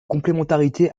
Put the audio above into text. complémentarité